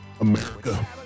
America